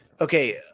okay